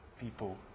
people